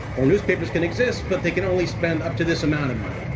or newspapers can exist, but they can only spend up to this amount of money.